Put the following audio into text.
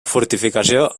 fortificació